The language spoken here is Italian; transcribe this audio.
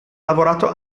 lavorato